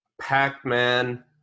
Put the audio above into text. Pac-Man